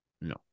No